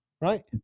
right